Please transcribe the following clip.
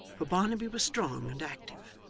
for barnaby was strong and active,